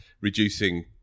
reducing